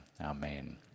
Amen